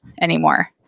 anymore